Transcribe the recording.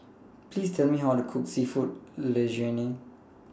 Please Tell Me How to Cook Seafood Linguine